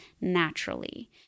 naturally